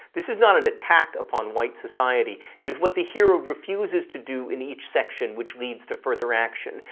this is not an attack upon white society! it is what the hero refuses to do in each section which leads to further action.